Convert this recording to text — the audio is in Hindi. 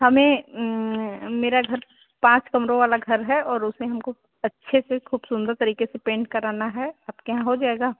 हमें मेरा घर पाँच कमरों वाला घर है और उसमें हमको अच्छे से खूब सुन्दर तरीके से पेन्ट कराना है आपके यहाँ हो जाएगा